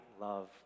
love